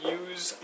use